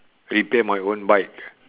repair my own bike